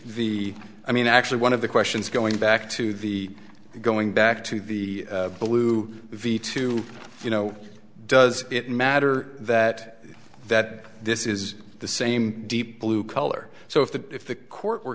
the i mean actually one of the questions going back to the going back to the blue v two you know does it matter that that this is the same deep blue color so if the if the court